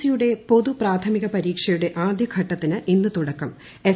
സിയുടെ പൊതു പ്രാഥമിക പരീക്ഷയുടെ ആദ്യഘട്ടത്തിന് ഇന്ന് എസ്